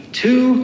two